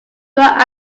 going